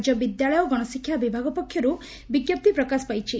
ରାଜ୍ୟ ବିଦ୍ୟାଳୟ ଓ ଗଣଶିକ୍ଷା ବିଭାଗ ପକ୍ଷରୁ ବିଙ୍କପ୍ତି ପ୍ରକାଶ ପାଇଛି